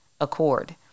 accord